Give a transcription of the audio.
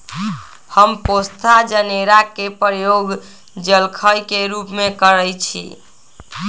हम पोस्ता जनेरा के प्रयोग जलखइ के रूप में करइछि